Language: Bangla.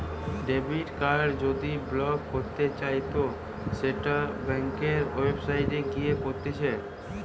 ডেবিট কার্ড যদি ব্লক করতে চাইতো সেটো ব্যাংকের ওয়েবসাইটে গিয়ে করতিছে